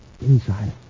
inside